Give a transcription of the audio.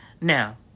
Now